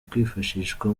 kwifashishwa